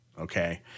okay